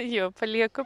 jo palieku